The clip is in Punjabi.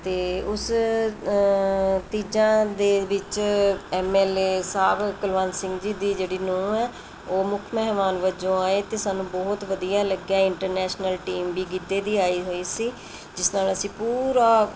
ਅਤੇ ਉਸ ਤੀਜਾਂ ਦੇ ਵਿੱਚ ਐੱਮ ਐੱਲ ਏ ਸਾਹਿਬ ਕੁਲਵੰਤ ਸਿੰਘ ਜੀ ਦੀ ਜਿਹੜੀ ਨੂੰਹ ਹੈ ਉਹ ਮੁੱਖ ਮਹਿਮਾਨ ਵਜੋਂ ਆਏ ਅਤੇ ਸਾਨੂੰ ਬਹੁਤ ਵਧੀਆ ਲੱਗਿਆ ਇੰਟਰਨੈਸ਼ਨਲ ਟੀਮ ਵੀ ਗਿੱਧੇ ਦੀ ਆਈ ਹੋਈ ਸੀ ਜਿਸ ਨਾਲ ਅਸੀਂ ਪੂਰਾ